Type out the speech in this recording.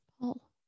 Paul